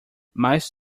mas